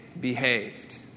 behaved